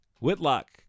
Whitlock